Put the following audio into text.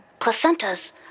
Placentas